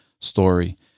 story